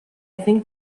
think